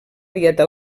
dieta